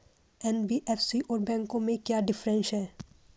NBFC और बैंकों में क्या डिफरेंस है?